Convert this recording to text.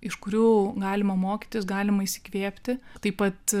iš kurių galima mokytis galima įsikvėpti taip pat